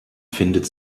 findet